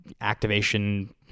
activation